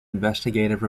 investigative